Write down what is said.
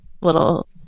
little